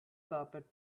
carpet